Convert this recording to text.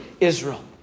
Israel